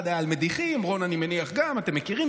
אחד היה על מדיחים, גם רון, אני מניח, אתם מכירים.